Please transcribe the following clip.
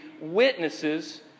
witnesses